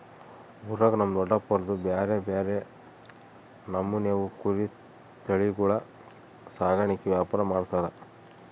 ಊರಾಗ ನಮ್ ದೊಡಪ್ನೋರ್ದು ಬ್ಯಾರೆ ಬ್ಯಾರೆ ನಮೂನೆವು ಕುರಿ ತಳಿಗುಳ ಸಾಕಾಣಿಕೆ ವ್ಯಾಪಾರ ಮಾಡ್ತಾರ